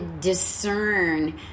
discern